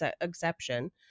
exception